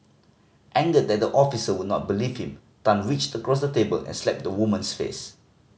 angered that the officer would not believe him Tan reached across the table and slapped the woman's face